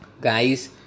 guys